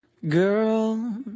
Girl